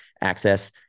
access